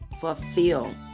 fulfill